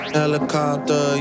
helicopter